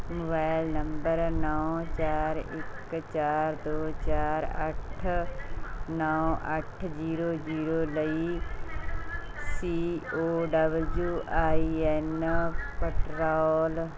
mobile number ਨੌਂ ਚਾਰ ਇੱਕ ਚਾਰ ਦੋ ਚਾਰ ਅੱਠ ਨੌਂ ਅੱਠ ਜ਼ੀਰੋ ਜ਼ੀਰੋ ਲਈ C O W I N petrol